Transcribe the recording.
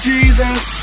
Jesus